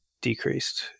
decreased